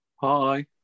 Hi